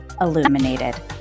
illuminated